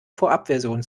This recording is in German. vorabversion